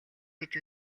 гэж